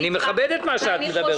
אני מכבד את מה שאת מדברת איתי.